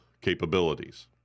capabilities